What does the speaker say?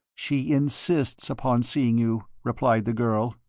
she insists upon seeing you, replied the girl,